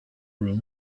room